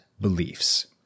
Beliefs